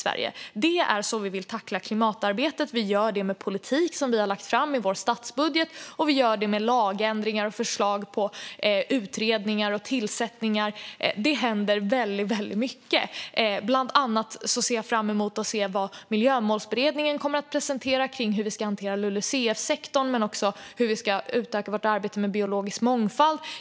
Vi gör detta genom den politik vi har lagt fram i vår statsbudget och genom lagändringar, utredningar med mera. Det händer väldigt mycket. Bland annat ser jag fram emot att se vad Miljömålsberedningen kommer att presentera när det gäller hur vi ska hantera LULUCF-sektorn och hur vi ska utöka vårt arbete med biologisk mångfald.